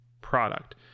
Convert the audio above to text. product